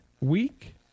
Week